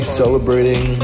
celebrating